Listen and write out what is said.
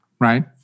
right